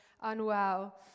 unwell